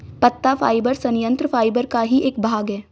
पत्ता फाइबर संयंत्र फाइबर का ही एक भाग है